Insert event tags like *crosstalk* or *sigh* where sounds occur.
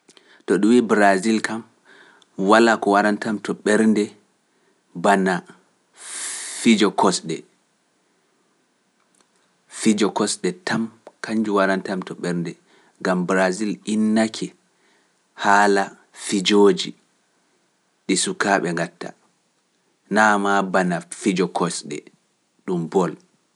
To ɗum wiiya Biraazil kam, walaa ko warantam to ɓernde bana fijo kosɗe, fijo kosɗe tam kanjum warantam to ɓernde, ngam Biraazil innake haala fijooji ɗi sukaaɓe ŋgatta, naa maa *noise* bana fijo kosɗe, ɗum bol.